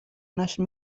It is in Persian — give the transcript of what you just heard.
نشر